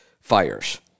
fires